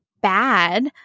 bad